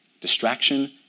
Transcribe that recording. distraction